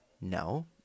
No